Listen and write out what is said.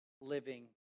living